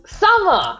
Summer